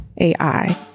AI